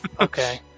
okay